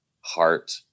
heart